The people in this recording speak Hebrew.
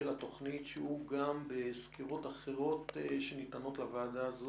של התוכנית שהוא גם בסקירות אחרות שניתנות לוועדה הזו,